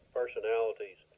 personalities